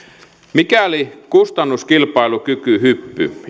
mikäli kustannuskilpailukykyhyppy